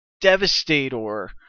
devastator